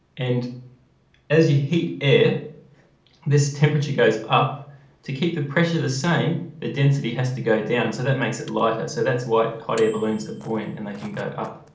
and as you heat air this temperature goes up to keep the pressure the same the density has to go down, so that makes it lighter so that's what hot air balloons are buoyant and they can go up